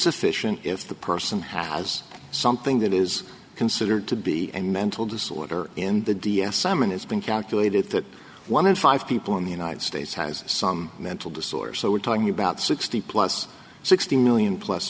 sufficient if the person has something that is considered to be a mental disorder in the d s m and it's been calculated that one in five people in the united states has some mental disorder so we're talking about sixty plus sixty million